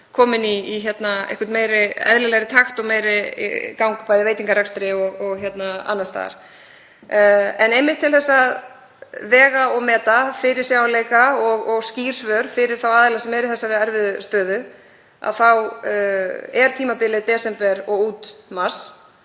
komin í einhvern eðlilegri takt og meiri gang í bæði veitingarekstri og annars staðar. En til að vega og meta fyrirsjáanleika og skýr svör fyrir þá aðila sem eru í þessari erfiðu stöðu þá er tímabilið desember og út mars.